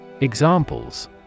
Examples